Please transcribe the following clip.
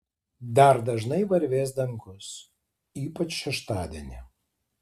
dar dažnai varvės dangus ypač šeštadienį